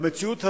במציאות הזאת,